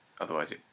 Otherwise